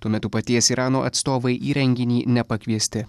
tuo metu paties irano atstovai į renginį nepakviesti